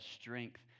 strength